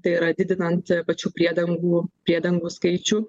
tai yra didinant pačių priedangų priedangų skaičių